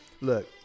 look